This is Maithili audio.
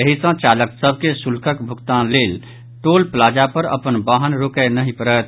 एहि सॅ चालक सभ के शुल्कक भुगतानक लेल टोल प्लाजा पर अपन वाहन रोकय नहि पड़त